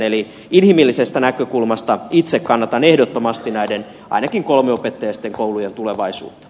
eli inhimillisestä näkökulmasta itse kannatan ehdottomasti näiden ainakin kolmiopettajaisten koulujen tulevaisuutta